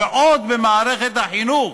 ועוד במערכת החינוך,